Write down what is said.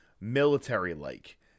military-like